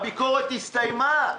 הביקורת הסתיימה.